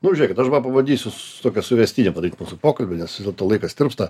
nu žiūrėkit aš ba pabandysiu tokią suvestinę padaryt mūsų pokalbio nes laikas tirpsta